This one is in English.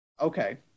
Okay